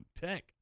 Tech